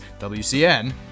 WCN